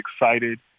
excited